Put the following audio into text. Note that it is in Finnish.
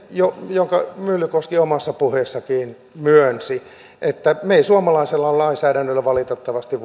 jonka myllykoski omassa puheessaankin myönsi että me emme suomalaisella lainsäädännöllä valitettavasti